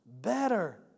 Better